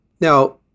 Now